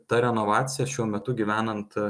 ta renovacija šiuo metu gyvenant